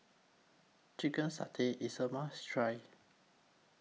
Chicken Satay IS A must Try